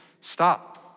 stop